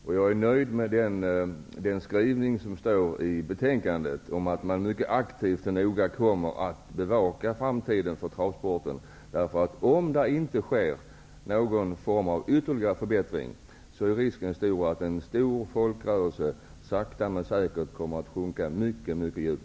Vidare är jag nöjd med skrivningen i betänkandet, dvs. att man mycket aktivt och noga kommer att bevaka framtiden för travsporten. Om ytterligare förbättringar inte sker, är risken betydande att en stor folkrörelse sakta men säkert sjunker mycket djupt.